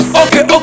okay